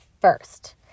first